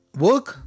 work